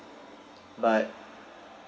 but